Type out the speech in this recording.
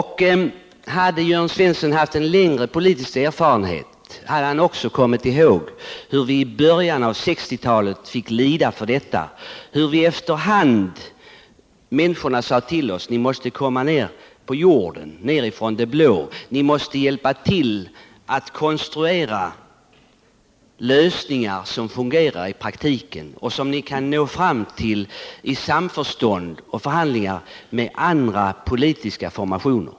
Hade Jörn Svensson haft en längre politisk erfarenhet, hade han kommit ihåg hur vi i början av 1960-talet fick lida för detta, hur efter hand människorna sade till oss: Ni måste komma ner på jorden. Ni måste hjälpa till att konstruera lösningar som fungerar i praktiken och som ni kan nå fram till i samförstånd och förhandlingar med andra politiska formationer.